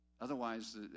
Otherwise